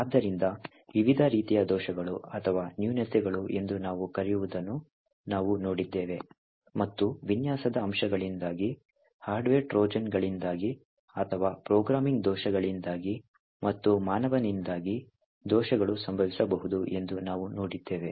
ಆದ್ದರಿಂದ ವಿವಿಧ ರೀತಿಯ ದೋಷಗಳು ಅಥವಾ ನ್ಯೂನತೆಗಳು ಎಂದು ನಾವು ಕರೆಯುವುದನ್ನು ನಾವು ನೋಡಿದ್ದೇವೆ ಮತ್ತು ವಿನ್ಯಾಸದ ಅಂಶಗಳಿಂದಾಗಿ ಹಾರ್ಡ್ವೇರ್ ಟ್ರೋಜನ್ಗಳಿಂದಾಗಿ ಅಥವಾ ಪ್ರೋಗ್ರಾಮಿಂಗ್ ದೋಷಗಳಿಂದಾಗಿ ಮತ್ತು ಮಾನವನಿಂದಾಗಿ ದೋಷಗಳು ಸಂಭವಿಸಬಹುದು ಎಂದು ನಾವು ನೋಡಿದ್ದೇವೆ